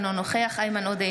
אינו נוכח איימן עודה,